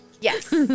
yes